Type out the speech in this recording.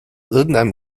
irgendeinem